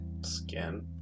Skin